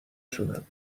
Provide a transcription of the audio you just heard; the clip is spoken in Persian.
شدم